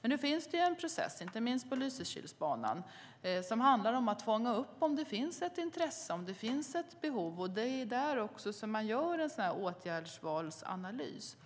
Men nu finns det en process, inte minst på Lysekilsbanan, som handlar om att fånga upp om det finns ett intresse och om det finns ett behov. Det är också där som man gör en åtgärdsvalsanalys.